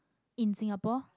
in singapore